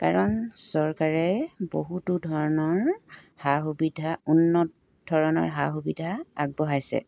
কাৰণ চৰকাৰে বহুতো ধৰণৰ সা সুবিধা উন্নত ধৰণৰ সা সুবিধা আগবঢ়াইছে